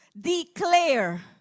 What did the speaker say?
Declare